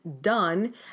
done